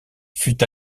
fut